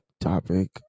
topic